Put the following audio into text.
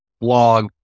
blog